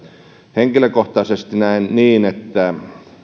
henkilökohtaisesti näen niin että